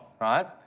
right